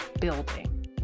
building